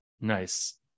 nice